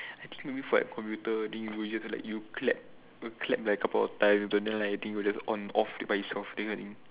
i think you wait for computer then you would just like you clap you clap like a couple of time then like just the thing will just on off it by itself that kind of thing